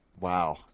Wow